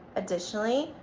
additionally,